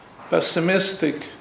pessimistic